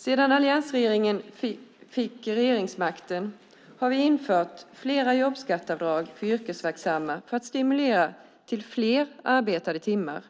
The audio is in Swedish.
Sedan alliansregeringen fick regeringsmakten har vi infört fler jobbskatteavdrag för yrkesverksamma för att stimulera till fler arbetade timmar.